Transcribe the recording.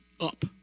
up